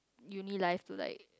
uni life to like